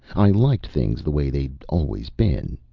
i liked things the way they'd always been.